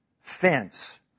fence